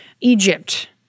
Egypt